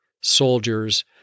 soldiers